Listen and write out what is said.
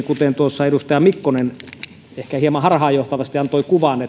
kuten tuossa edustaja mikkonen ehkä hieman harhaanjohtavasti antoi kuvan